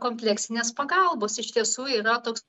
kompleksinės pagalbos iš tiesų yra toks